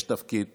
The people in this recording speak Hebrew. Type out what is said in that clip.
יש תפקיד